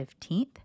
15th